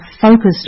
focused